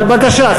אבל בקשה,